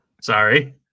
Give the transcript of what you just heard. Sorry